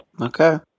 Okay